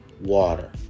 water